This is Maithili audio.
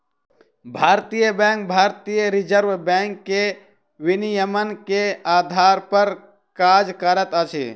भारतीय बैंक भारतीय रिज़र्व बैंक के विनियमन के आधार पर काज करैत अछि